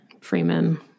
Freeman